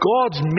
God's